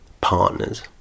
partners